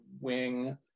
wing